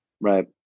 Right